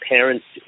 Parents